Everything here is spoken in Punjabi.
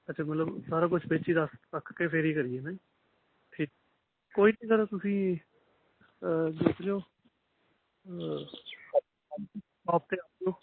ਅੱਛਾ ਮਤਲਬ ਸਾਰਾ ਕੁਛ ਵਿੱਚ ਹੀ ਰਖ ਰੱਖ ਕੇ ਫਿਰ ਹੀ ਕਰੀਏ ਹੈ ਨਾ ਜੀ ਠੀ ਕੋਈ ਨਹੀਂ ਸਰ ਤੁਸੀਂ ਦੇਖ ਲਿਓ ਓਕੇ